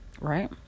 right